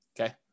Okay